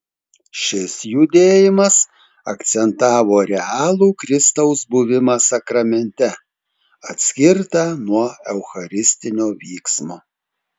šis judėjimas akcentavo realų kristaus buvimą sakramente atskirtą nuo eucharistinio vyksmo